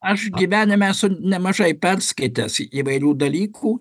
aš gyvenime esu nemažai perskaitęs įvairių dalykų